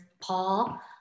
Paul